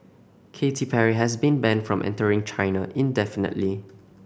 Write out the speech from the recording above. Katy Perry has been banned from entering China indefinitely